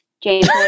James